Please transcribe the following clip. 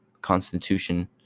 Constitution